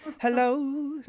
Hello